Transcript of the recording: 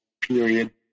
period